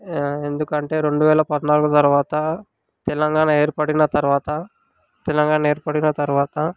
ఎందుకంటే రెండువేల పద్నాలుగు తరవాత తెలంగాణ ఏర్పడిన తరవాత తెలంగాణ ఏర్పడిన తరవాత